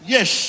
Yes